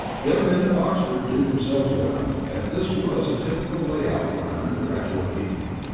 young men at oxford do themselves well, and this was a typical lay-out for an undergraduate evening.